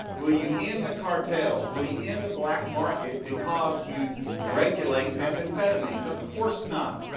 will you end the cartels? will you end the black market because you regulate methamphetamine? of course not.